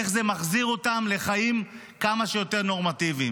איך זה מחזיר אותם לחיים כמה שיותר נורמטיביים.